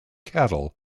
cattle